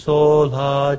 Sola